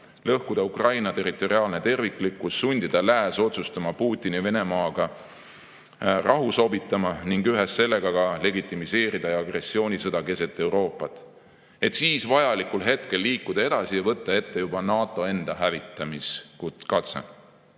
lõhkuda Ukraina territoriaalne terviklikkus, sundida lääs otsustama Putini Venemaaga rahu sobitama ning ühes sellega ka legitimiseerida agressioonisõda keset Euroopat, et siis vajalikul hetkel liikuda edasi ja võtta ette juba NATO enda hävitamise